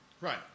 Right